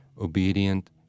obedient